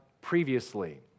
previously